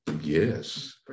Yes